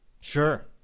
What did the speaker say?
sure